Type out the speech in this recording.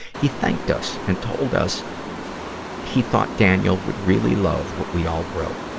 he thanked us and told us he thought daniel would really love what we all wrote.